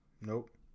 Nope